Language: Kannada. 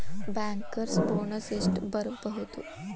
ಬ್ಯಾಂಕರ್ಸ್ ಬೊನಸ್ ಎಷ್ಟ್ ಬರ್ಬಹುದು?